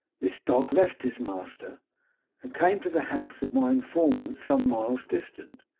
this dog left his master and came to the house of my informant, some miles distant,